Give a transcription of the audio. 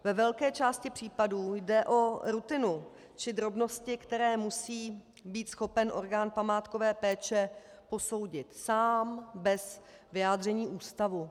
Ve velké části případů jde o rutinu či drobnosti, které musí být schopen orgán památkové péče posoudit sám bez vyjádření ústavu.